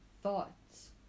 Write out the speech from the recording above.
Thoughts